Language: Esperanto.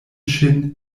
ŝin